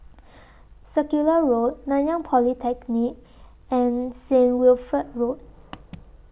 Circular Road Nanyang Polytechnic and Saint Wilfred Road